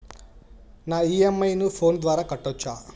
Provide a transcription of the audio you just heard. నా ఇ.ఎం.ఐ ను ఫోను ద్వారా కట్టొచ్చా?